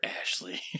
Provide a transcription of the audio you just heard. Ashley